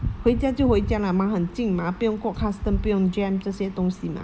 回家就回家 lah mah 很近 mah 不用过 custom 不用 jam 这些东 mah